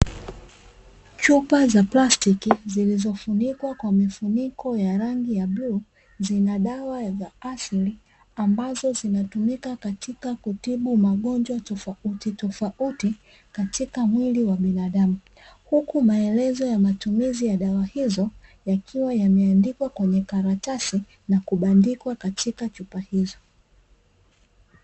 Chupa za plastiki zilizofunikwa kwa mifuniko ya rangi ya bluu zina dawa za asili ambazo zinatumika katika kutibu magonjwa tofautitofauti katika mwili wa binadamu, huku melezo ya matumizi ya dawa hizo yakiwa yameandikwa kwenye karatasi na kubandikwa katika chupa hizo.